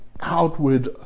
outward